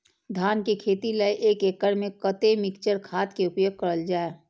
धान के खेती लय एक एकड़ में कते मिक्चर खाद के उपयोग करल जाय?